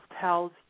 tells